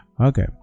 Okay